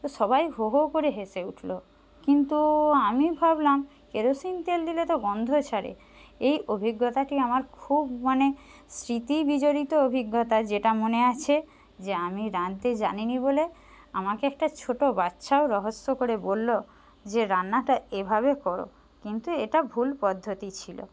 তো সবাই হো হো করে হেসে উঠল কিন্তু আমি ভাবলাম কেরোসিন তেল দিলে তো গন্ধ ছাড়ে এই অভিজ্ঞতাটি আমার খুব মানে স্মৃতি বিজড়িত অভিজ্ঞতা যেটা মনে আছে যে আমি রাঁধতে জানি নি বলে আমাকে একটা ছোটো বাচ্চা রহস্য করে বললো যে রান্নাটা এভাবে করো কিন্তু এটা ভুল পদ্ধতি ছিলো